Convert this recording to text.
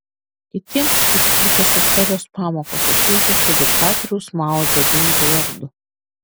kitiems tai skaudžios istorijos pamokos susijusios su diktatoriaus mao dzedungo vardu